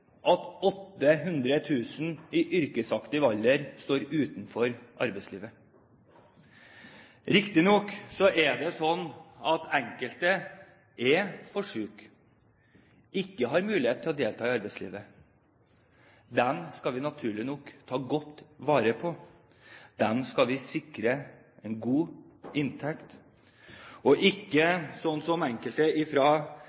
800 000 i yrkesaktiv alder står utenfor arbeidslivet. Riktignok er det slik at enkelte er for syke og ikke har mulighet til å delta i arbeidslivet. De skal vi naturlig nok ta godt vare på. De skal vi sikre en god inntekt. Det er ikke slik som enkelte fra